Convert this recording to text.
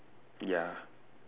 ya